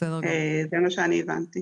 זה מה שאני הבנתי.